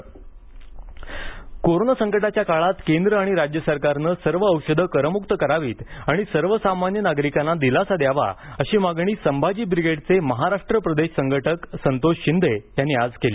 करमक्त corona संकटाच्या काळात केंद्र आणि राज्य सरकारनं सर्व औषध करमुक्त करावीत आणि सर्वसामान्य नागरिकांना दिलासा द्यावा अशी मागणी संभाजी ब्रिगेडचे महाराष्ट्र प्रदेश संघटक संतोष शिंदे यांनी आज केली